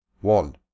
One